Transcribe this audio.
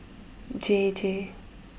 J J